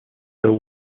the